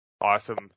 Awesome